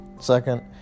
Second